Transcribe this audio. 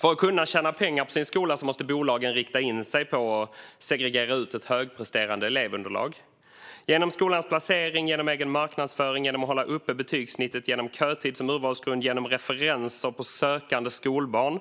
För att kunna tjäna pengar på sin skola måste bolagen rikta in sig på att segregera ut ett högpresterande elevunderlag. Genom skolans placering, genom egen marknadsföring och genom att hålla uppe betygssnittet, genom kötid som urvalsgrund, genom referenser på sökande skolbarn,